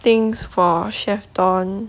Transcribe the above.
things for chef don